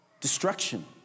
Destruction